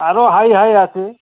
আরও high high আছে